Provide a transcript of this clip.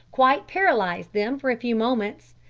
quite paralysed them for a few moments,